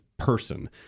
person